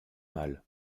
mal